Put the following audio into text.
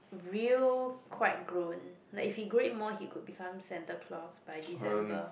real quite grown like if he grow it more he could become Santa-Claus by December